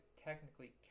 technically